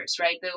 right